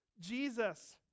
Jesus